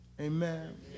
Amen